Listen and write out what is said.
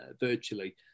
virtually